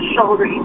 shoulder